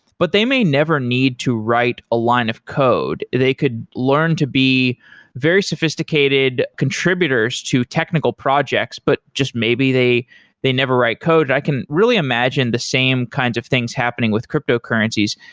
but they may never need to write a line of code they could learn to be very sophisticated contributors to technical projects, but just maybe they they never write code and i can really imagine the same kind of things happening with cryptocurrencies.